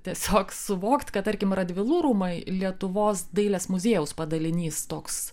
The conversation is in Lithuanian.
tiesiog suvokti kad tarkim radvilų rūmai lietuvos dailės muziejaus padalinys toks